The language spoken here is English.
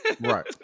Right